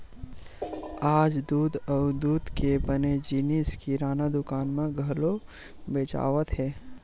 आज दूद अउ दूद के बने जिनिस किराना दुकान म घलो बेचावत हे